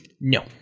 No